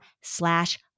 slash